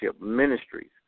ministries